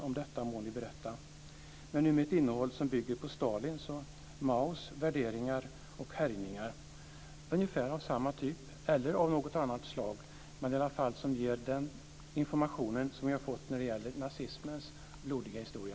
om detta må ni berätta ., men nu med ett innehåll som bygger på Stalins och Maos värderingar och härjningar, ungefär av samma typ eller av något annat slag men som i alla fall ger den typ av information som vi har fått när det gäller nazismens blodiga historia.